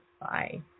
Bye